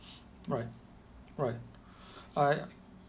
right right I